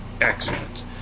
Excellent